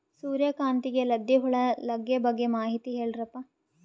ಸೂರ್ಯಕಾಂತಿಗೆ ಲದ್ದಿ ಹುಳ ಲಗ್ಗೆ ಬಗ್ಗೆ ಮಾಹಿತಿ ಹೇಳರಪ್ಪ?